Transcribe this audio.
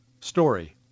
story